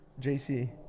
JC